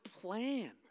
plan